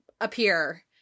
appear